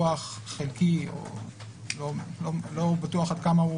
דיווח חלקי או אני לא בטוח עד כמה הוא